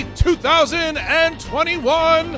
2021